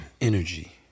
energy